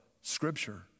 Scripture